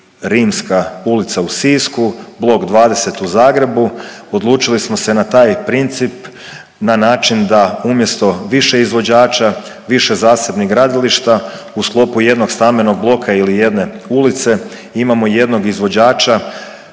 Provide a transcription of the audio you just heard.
Rimska ulica u Sisku, Blok 20 u Zagrebu. Odlučili smo se na taj princip na način da umjesto više izvođača, više zasebnih gradilišta u sklopu jednog stambenog bloka ili jedne ulice imamo jednog izvođača.